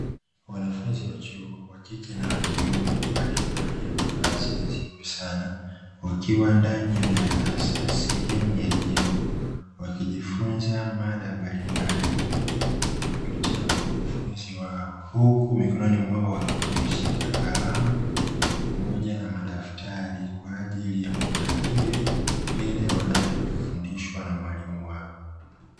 Wanafumzi wa chuo wa kike na wa kiume, walovalia mavazi nadhifu sana wakiwa ndani ya darasa sehemu ya jengo, wakijifunza mada mbalimbali kupitia kwa mkufunzi wao, huku mikononi mwao wakiwa wameshika kalamu pamoja na madaftari, kwa ajili ya kunakili vile wanavyofundishwa na mwalimu wao.